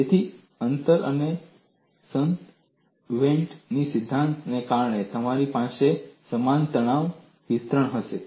તેથી અંતર પર સંત વેનાન્ટના સિદ્ધાંતને કારણે તમારી પાસે સમાન તાણ વિતરણ હશે